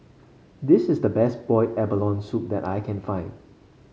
this is the best Boiled Abalone Soup that I can find